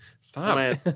stop